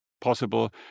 possible